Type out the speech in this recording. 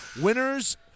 Winners